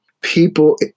people